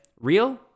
real